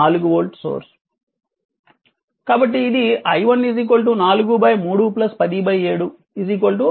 కాబట్టి ఇది i1 4 3 107 28 31 ampere